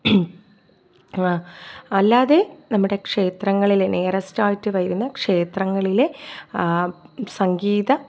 അല്ലാതെ നമ്മുടെ ക്ഷേത്രങ്ങളിലെ നിയറസ്റ്റ് ആയിട്ട് വരുന്ന ക്ഷേത്രങ്ങളിലെ സംഗീത